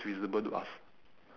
there are two legs visible